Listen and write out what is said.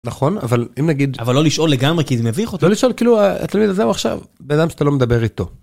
נכון אבל אם נגיד אבל לא לשאול לגמרי כי זה מביך אותה לא לשאול כאילו אתה מבין זהו עכשיו בן אדם שאתה לא מדבר איתו.